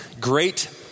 Great